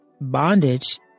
bondage